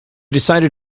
decided